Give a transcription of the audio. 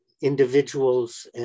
individuals